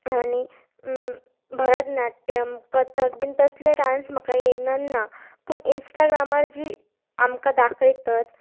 आनी भरतनाट्यम कथक बीन तसले डांस म्हाका येयन ना पूण इंस्टाग्रामार जी आमकां दाखयतात